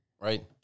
Right